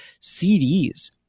CDs